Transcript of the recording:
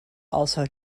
also